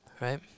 Right